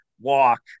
walk